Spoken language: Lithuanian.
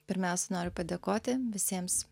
pirmiausia noriu padėkoti visiems